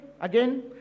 Again